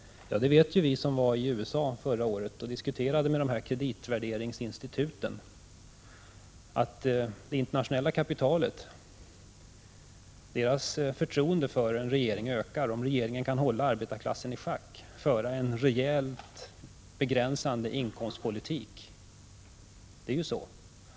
Vi som var i USA förra året och diskuterade med kreditvärderingsinstituten vet att det internationella kapitalets förtroende för en regering ökar om regeringen kan hålla arbetarklassen i schack, föra en rejält begränsande inkomstpolitik.